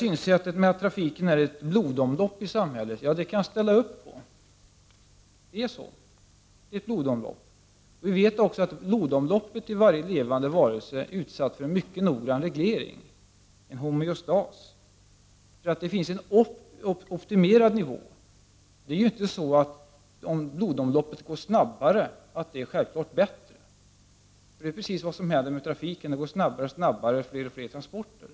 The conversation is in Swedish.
Synsättet att trafiken är ett blodomlopp i samhället kan jag ställa upp på. Det är så, det är ett blodomlopp. Vi vet också att blodomloppet i varje le vande varelse är utsatt för en mycket noggrann reglering, en homeostas. Det finns en optimerad nivå - det är ju inte självklart bättre om blodomloppet går snabbare. Men detta är precis vad som händer i fråga om trafiken; det går snabbare och snabbare, det blir fler och fler transporter.